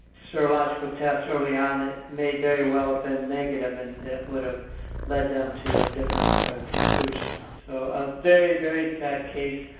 serological test early on, it may very well have been negative and would've led them to a different conclusion. so, a very, very sad case,